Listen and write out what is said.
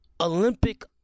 Olympic